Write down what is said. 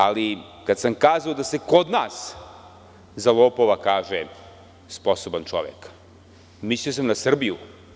Ali, kad sam kazao da se kod nas za lopova kaže – sposoban čovek, mislio sam na Srbiju.